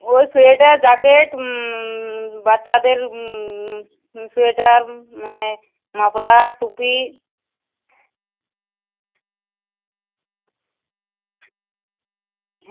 ওই sweater jacket বাচ্চাদের sweater মানে মাফলার টুপি